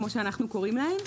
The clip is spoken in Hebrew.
כמו שאנחנו קוראים להם,